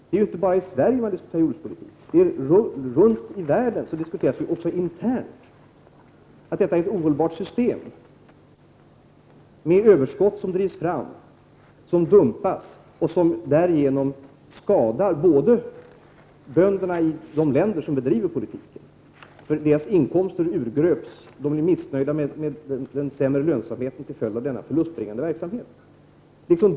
Det är inte bara i Sverige som jordbrukspolitiken diskuteras, utan runt om i världen anser man att systemet är ohållbart och driver fram överskott som dumpas. Dumpningen skadar bönderna i de länder som driver en sådan politik. Böndernas inkomster urgröps, och de blir missnöjda med den försämrade lönsamhet som denna förlustbringande verksamhet leder till.